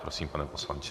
Prosím, pane poslanče.